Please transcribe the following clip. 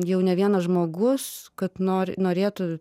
jau ne vienas žmogus kad nori norėtų